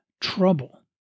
trouble